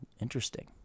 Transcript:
interesting